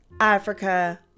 Africa